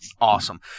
Awesome